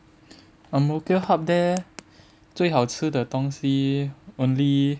Ang Mo Kio hub there 最好吃的东西 only